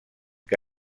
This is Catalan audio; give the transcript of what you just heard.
que